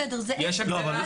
בסדר, זה אפס.